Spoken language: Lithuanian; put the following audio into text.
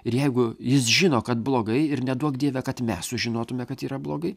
ir jeigu jis žino kad blogai ir neduok dieve kad mes sužinotume kad yra blogai